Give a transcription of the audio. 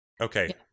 Okay